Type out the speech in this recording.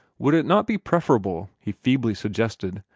would it not be preferable, he feebly suggested,